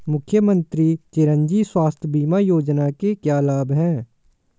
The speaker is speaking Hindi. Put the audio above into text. मुख्यमंत्री चिरंजी स्वास्थ्य बीमा योजना के क्या लाभ हैं?